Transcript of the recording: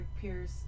Pierce